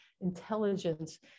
intelligence